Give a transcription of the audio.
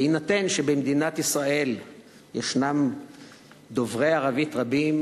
בהינתן שבמדינת ישראל ישנם דוברי ערבית רבים,